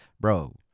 Bro